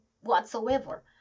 whatsoever